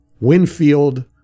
Winfield